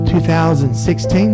2016